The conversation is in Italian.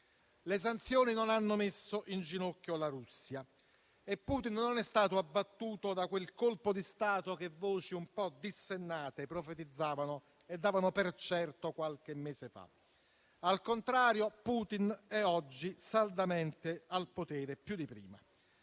Le sanzioni non hanno messo in ginocchio la Russia e Putin non è stato abbattuto da quel colpo di Stato che voci un po' dissennate profetizzavano e davano per certo qualche mese fa. Al contrario, Putin è oggi saldamente al potere più di prima.